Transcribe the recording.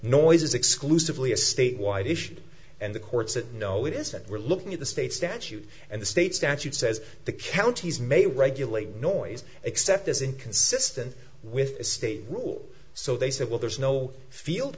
noise is exclusively a statewide issue and the courts no it isn't we're looking at the state statute and the state statute says the counties may regulate noise except as inconsistent with state rules so they say well there's no field